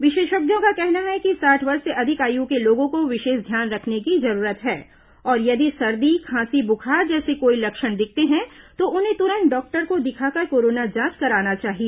विशेषज्ञों का कहना है कि साठ वर्ष से अधिक आयु के लोगों को विशेष ध्यान रखने की जरूरत है और यदि सर्दी खांसी बुखार जैसे कोई लक्षण दिखते हैं तो उन्हें तुरंत डॉक्टर को दिखाकर कोरोना जांच कराना चाहिए